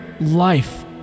life